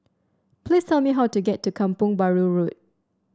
please tell me how to get to Kampong Bahru Road